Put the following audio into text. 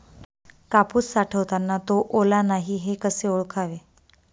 कापूस साठवताना तो ओला नाही हे कसे ओळखावे?